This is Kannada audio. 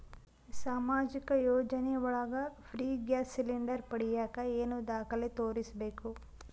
ಸಾಮಾಜಿಕ ಯೋಜನೆ ಒಳಗ ಫ್ರೇ ಗ್ಯಾಸ್ ಸಿಲಿಂಡರ್ ಪಡಿಯಾಕ ಏನು ದಾಖಲೆ ತೋರಿಸ್ಬೇಕು?